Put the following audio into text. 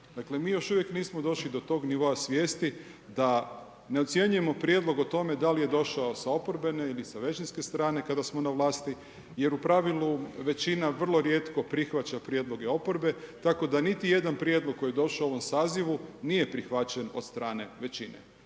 Dakle mi još uvijek nismo došli do tog nivoa svijesti da ne ocjenjujemo prijedlog o tome da li je došao sa oporbene ili sa većinske strane kada smo na vlasti jer u pravilu većina vrlo rijetko prihvaća prijedloge oporbe. Tako da niti jedan prijedlog koji je došao u ovom sazivu nije prihvaćen od strane većine.